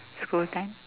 school time